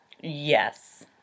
Yes